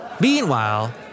Meanwhile